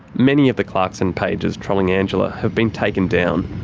many of the clarkson pages trolling angela have been taken down.